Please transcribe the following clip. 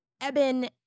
Eben